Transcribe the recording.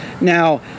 now